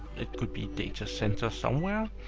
it could be data center somewhere.